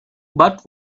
but